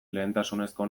lehentasunezko